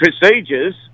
procedures